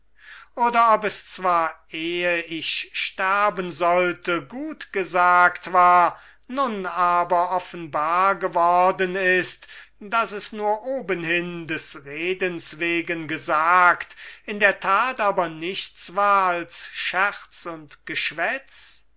oder ob es zwar ehe ich sterben sollte gut gesagt war nun aber offenbar geworden ist daß es nur obenhin des redens wegen gesagt in der tat aber nichts war als scherz und geschwätz